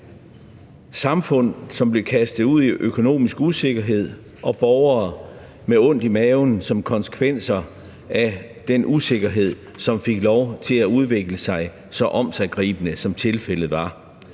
Samfundet blev kastet ud i økonomisk usikkerhed, og der var borgere, der fik ondt i maven som konsekvens af den usikkerhed, der fik lov til at udvikle sig, og som blev så omsiggribende, som tilfældet var.